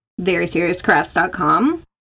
VerySeriousCrafts.com